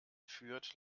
fürth